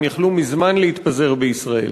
הם יכלו מזמן להתפזר בישראל.